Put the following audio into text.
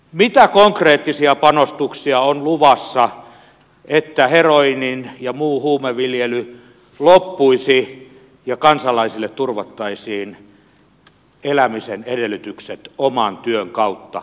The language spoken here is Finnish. mitä konkreettisia panostuksia on luvassa että heroiinin ja muun huumeen viljely loppuisi ja kansalaisille turvattaisiin elämisen edellytykset oman työn kautta